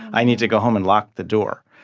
i need to go home and lock the door.